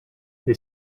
they